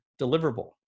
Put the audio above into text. deliverable